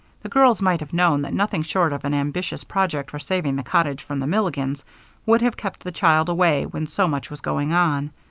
the girls might have known that nothing short of an ambitious project for saving the cottage from the milligans would have kept the child away when so much was going on.